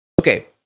Okay